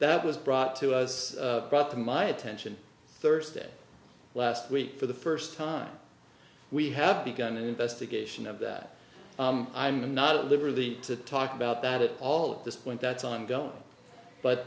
that was brought to us brought to my attention thursday last week for the first time we have begun an investigation of that i'm not at liberty to talk about that at all at this point that's ongoing but